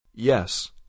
Yes